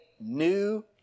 new